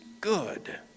good